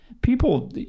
People